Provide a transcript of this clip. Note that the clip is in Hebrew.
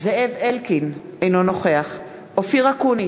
זאב אלקין, אינו נוכח אופיר אקוניס,